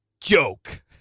Joke